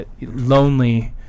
lonely